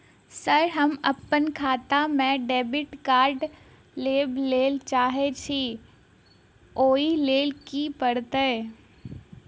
Sir हम अप्पन खाता मे डेबिट कार्ड लेबलेल चाहे छी ओई लेल की परतै?